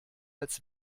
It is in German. als